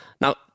Now